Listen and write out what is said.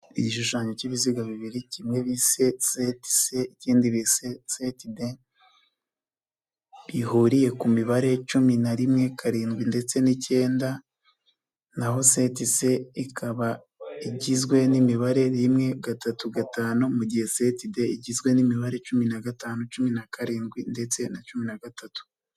Igishushanyo cy'ibiziga bibiri kimwe bise seti se ikindi bise seti de, bihuriye ku mibare cumi na rimwe, karindwi ndetse n'cyenda, n'aho seti se ikaba igizwe n'imibare rimwe, gatatu, gatanu. Mu gihe seti de igizwe n'imibare cumi na gatanu, cumi na karindwi ndetse na cumi na gatatu.